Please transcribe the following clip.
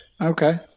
Okay